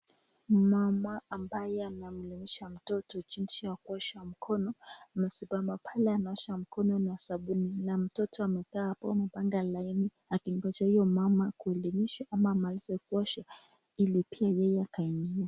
Mama ambayo analisha mtoto jinzi ya kuosha mkono na mshapapale anaosha mkono na sabuni na mtoto amekaa hapo mpanga laini akingojea huyo mama kuelimisha ama amalise kuosha hili pia yeye akaingie.